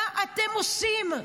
מה אתם עושים?